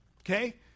Okay